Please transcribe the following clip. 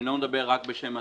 אני מדבר לא רק בשם עצמי,